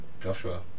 Joshua